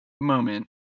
moment